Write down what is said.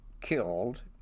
killed